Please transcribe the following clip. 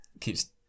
keeps